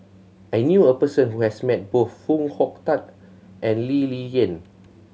I knew a person who has met both Foo Hong Tatt and Lee Ling Yen